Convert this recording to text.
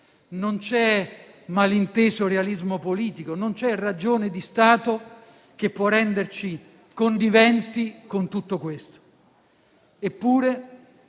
non c'è malinteso realismo politico, non c'è ragione di Stato che possa renderci conniventi con tutto questo.